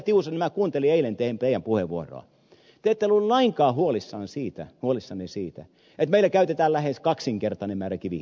tiusanen minä kuuntelin eilen teidän puheenvuoroanne te ette ollut lainkaan huolissanne siitä että meillä käytetään lähes kaksinkertainen määrä kivihiiltä